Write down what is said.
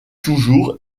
toujours